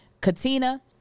Katina